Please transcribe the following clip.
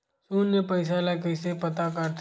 शून्य पईसा ला कइसे पता करथे?